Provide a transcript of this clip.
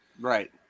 Right